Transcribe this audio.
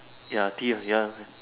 ya tea ya